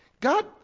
God